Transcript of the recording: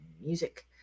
music